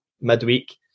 midweek